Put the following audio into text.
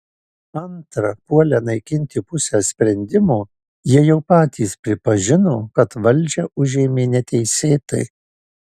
antra puolę naikinti pusę sprendimo jie jau patys pripažino kad valdžią užėmė neteisėtai